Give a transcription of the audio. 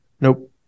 nope